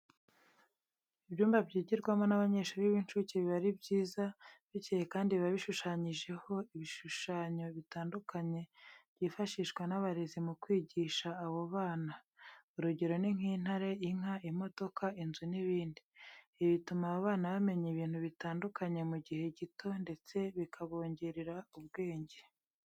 Ibyumba byigirwamo n'abanyeshuri b'incuke biba ari byiza, bikeye kandi biba bishushanyijeho ibishushanyo bitandukanye byifashishwa n'abarezi mu kwigisha abo bana, urugero ni nk'intare, inka, imodoka, inzu n'ibindi. Ibi bituma aba bana bamenya ibintu bitandukanye mu gihe gito ndetse bikabongerera n'ubwenge.